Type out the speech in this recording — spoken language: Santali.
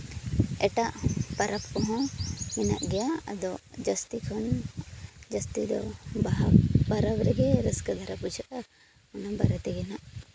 ᱮᱴᱟᱜ ᱯᱚᱨᱚᱵᱽ ᱠᱚᱦᱚᱸ ᱢᱮᱱᱟᱜ ᱜᱮᱭᱟ ᱟᱫᱚ ᱡᱟᱹᱥᱛᱤ ᱠᱷᱚᱱ ᱡᱟᱹᱥᱛᱤ ᱫᱚ ᱵᱟᱦᱟ ᱯᱚᱨᱚᱵᱽ ᱨᱮᱜᱮ ᱨᱟᱹᱥᱠᱟᱹ ᱫᱷᱟᱨᱟ ᱵᱩᱡᱷᱟᱹᱜᱼᱟ ᱚᱱᱟ ᱵᱟᱨᱮ ᱛᱮᱜᱮ ᱦᱟᱸᱜ